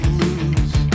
lose